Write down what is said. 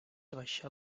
abaixar